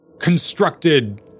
constructed